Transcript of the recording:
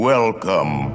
Welcome